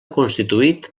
constituït